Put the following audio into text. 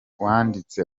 wanditse